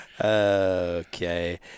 Okay